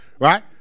right